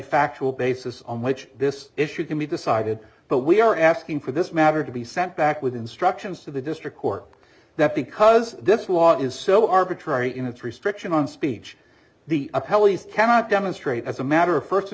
factual basis on which this issue can be decided but we are asking for this matter to be sent back with instructions to the district court that because this law is so arbitrary in its restriction on speech the appellate cannot demonstrate as a matter of first a